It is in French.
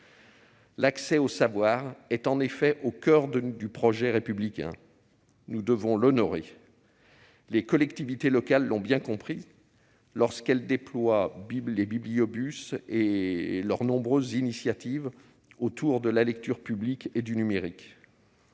L'accès au savoir est en effet au coeur du projet républicain. Nous devons l'honorer ; les collectivités locales l'ont bien compris lorsqu'elles déploient les bibliobus et leurs nombreuses initiatives autour de la lecture publique et du numérique.